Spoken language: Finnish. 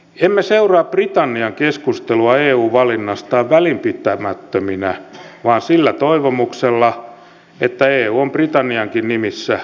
emme seuraa britannian keskustelua eu valinnastaan välinpitämättöminä vaan sillä toivomuksella että eu on britanniankin silmissä arvokas yhteisö